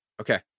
okay